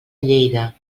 lleida